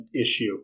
issue